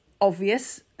obvious